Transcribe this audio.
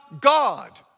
God